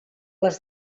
les